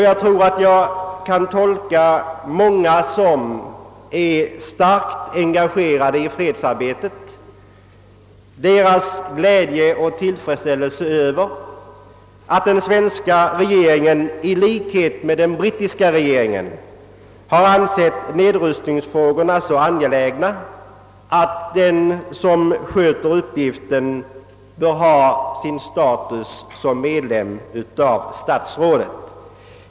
Jag tror att jag tolkar meningen hos många av dem som är starkt engagerade i fredsarbetet, när jag säger att det råder glädje och tillfredsställelse över att den svenska regeringen — i likhet med den brittiska regeringen ansett nedrustningsfrågorna så angelägna, att den som handlägger dessa frågor fått status av regeringsledamot.